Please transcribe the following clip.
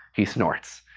he snorts.